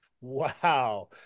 Wow